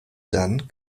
dann